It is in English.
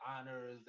honors